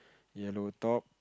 yellow top